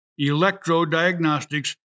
electrodiagnostics